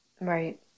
right